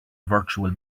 virtual